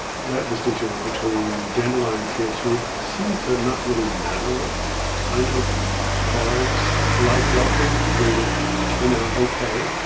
that distinction was between dandelion kids who would seem to not really matter what kind of cards life dealt them, they would turn out ok.